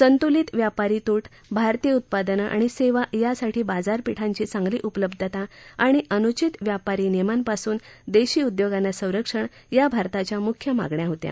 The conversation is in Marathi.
संतुलीत व्यापारी तूट भारतीय उत्पादनं आणि सेवा यासाठी बाजारपेठांची चांगली उपलब्धता आणि अनुचित व्यापारी नियमांपासून देशी उद्योगांना संरक्षण या भारताच्या मुख्य मागण्या होत्या